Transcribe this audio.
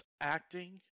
acting